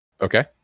Okay